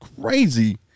Crazy